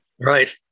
right